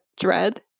dread